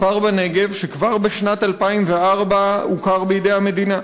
כפר בנגב שכבר בשנת 2004 הוכר בידי המדינה.